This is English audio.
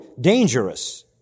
dangerous